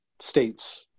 states